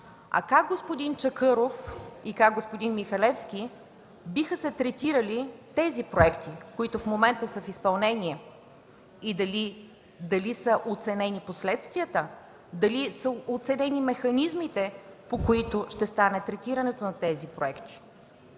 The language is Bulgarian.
Как, господин Чакъров, и как, господин Михалевски, биха се третирали тези проекти, които в момента са в изпълнение? Дали са оценени последствията, дали са обсъдени механизмите, по които ще стане третирането на тези проекти?